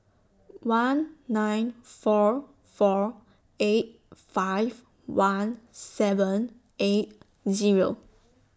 one nine four four eight five one seven eight Zero